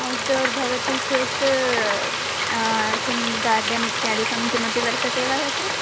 outdoor भवति चेत् किं गार्डन् इत्यादिकं किमपि वर्तते वा तत्र